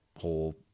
whole